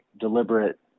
deliberate